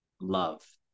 love